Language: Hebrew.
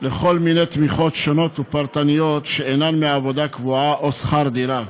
לכל מיני תמיכות שונות ופרטניות שאינן מעבודה קבועה או שכר דירה.